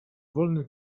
wolnym